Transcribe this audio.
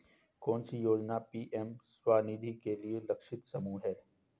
कौन सी योजना पी.एम स्वानिधि के लिए लक्षित समूह है?